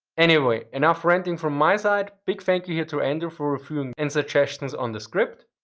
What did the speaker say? anyway, enough ranting from my side. big thank you here to andrew for reviewing and suggestions on the script.